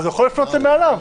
הוא יכול לפנות למי שמעליו.